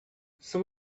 some